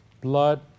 blood